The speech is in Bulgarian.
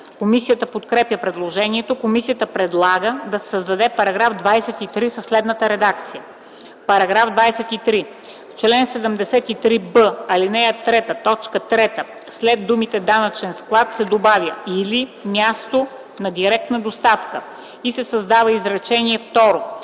Комисията подкрепя предложението. Комисията предлага да се създаде § 23 със следната редакция: § 23. В чл. 73б, ал. 3, т. 3 след думите „данъчен склад” се добавя „или място на директна доставка” и се създава изречение второ: